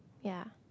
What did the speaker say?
ya